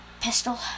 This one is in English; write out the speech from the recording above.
pistol